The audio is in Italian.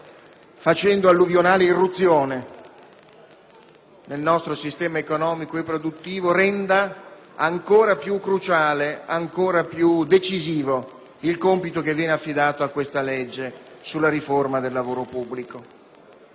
facendo alluvionale irruzione nel nostro sistema economico e produttivo renda ancora più cruciale e decisivo il compito che viene affidato a questa legge sulla riforma del lavoro pubblico,